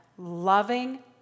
loving